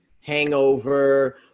hangover